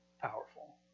powerful